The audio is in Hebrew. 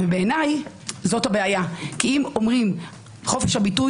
בעיניי זו הבעיה כי אם אומרים: חופש הביטוי,